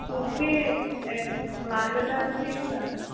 मुखे मानधनम् अस्ति वा